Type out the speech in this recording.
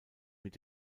mit